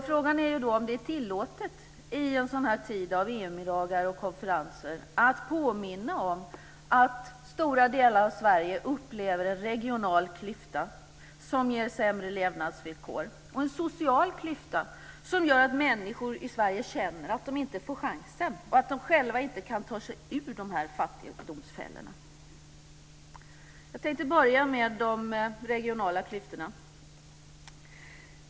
Frågan är då om det är tillåtet i en sådan här tid av EU-middagar och konferenser att påminna om att stora delar av Sverige upplever en regional klyfta som ger sämre levnadsvillkor och en social klyfta som gör att människor i Sverige känner att de inte får chansen och att de själva inte kan ta sig ur fattigdomsfällorna. Jag tänkte börja med de regionala klyftorna.